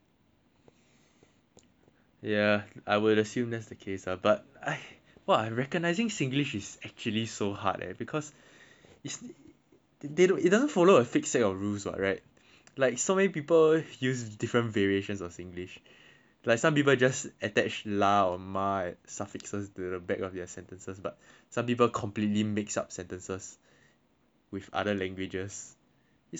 ya I will assume that's the case ah but but like recognising singlish is actually so hard eh because it's they don't follow a fixed set of rules or [right] like so many people use different variations of singlish like some people just attach lah or mah at suffix at the back of their sentences but some people completely mix up sentences which other languages it's so hard how do you even